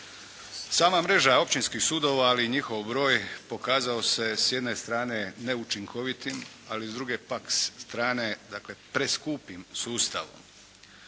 Sama mreža općinskih sudova, ali i njihov broj pokazao se s jedne strane neučinkovitim, ali s druge pak strane dakle preskupim sustavom.